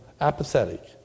apathetic